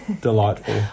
delightful